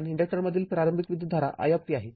आणि इन्डक्टरमधील प्रारंभिक विद्युतधारा i आहे